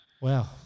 Wow